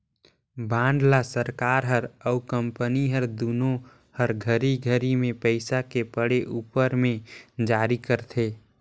bond ल सरकार हर अउ कंपनी हर दुनो हर घरी घरी मे पइसा के पड़े उपर मे जारी करथे